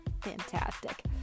fantastic